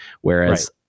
whereas